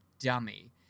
dummy